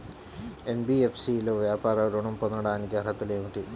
NBFC లో వ్యాపార ఋణం పొందటానికి అర్హతలు ఏమిటీ?